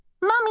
Mummy